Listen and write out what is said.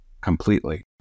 completely